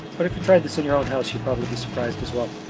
but if you try this in your own house you'd probably be surprised as well.